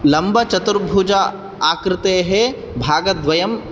लम्बचतुर्भुज आकृतेः भागद्वयम्